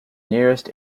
nearest